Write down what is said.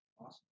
Awesome